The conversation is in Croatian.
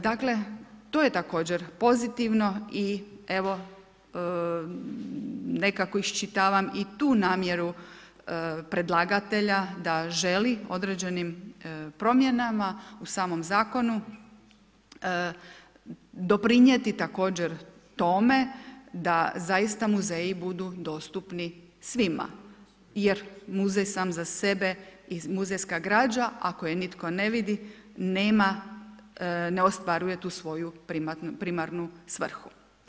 Dakle, to je također pozitivno i evo, nekako iščitavam i tu namjeru predlagatelja da želi određenim promjenama u samom Zakonu doprinijeti također tome da zaista muzeji budu dostupni svima jer muzej sam za sebe i muzejska građa, ako je nitko ne vidi nema, ne ostvaruje tu svoju primarnu svrhu.